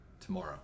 tomorrow